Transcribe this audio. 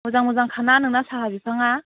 मोजां मोजांखा ना नोंना साहा बिफांआ